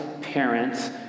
parents